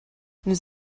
nous